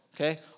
okay